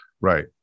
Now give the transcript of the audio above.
Right